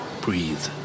breathe